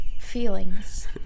feelings